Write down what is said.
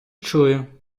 чую